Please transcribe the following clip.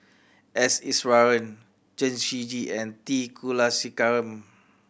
S Iswaran Chen Shiji and T Kulasekaram